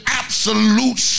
absolute